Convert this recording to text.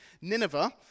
Nineveh